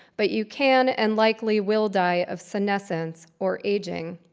but you can and likely will die of senescence, or aging.